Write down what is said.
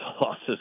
losses